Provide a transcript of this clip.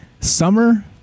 summer